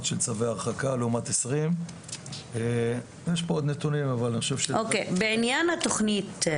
של צוי הרחקה לעומת 2020. בעניין התכנית.